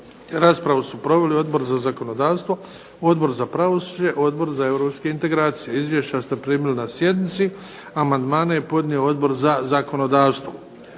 Raspravu su proveli Odbor za zakonodavstvo, Odbor za pravosuđe, Odbor za europske integracije. Izvješća ste primili na sjednici. Amandmane je podnio Odbor za zakonodavstvo.